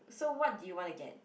so what do you want to get